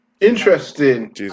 Interesting